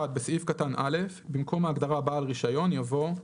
(1)בסעיף קטן (א) - במקום ההגדרה "בעל רישיון" יבוא: